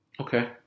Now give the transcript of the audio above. Okay